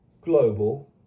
global